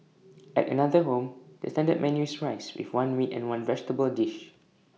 at another home the standard menu is rice with one meat and one vegetable dish